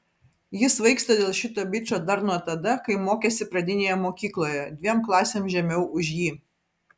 ji svaigsta dėl šito bičo dar nuo tada kai mokėsi pradinėje mokykloje dviem klasėm žemiau už jį